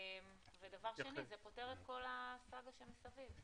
דבר שני, זה פותר את כל הסאגה שמסביב.